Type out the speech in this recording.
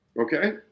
Okay